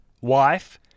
wife